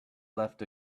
left